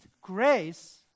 grace